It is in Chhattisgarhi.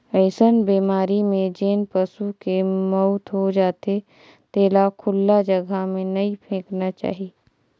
अइसन बेमारी में जेन पसू के मउत हो जाथे तेला खुल्ला जघा में नइ फेकना चाही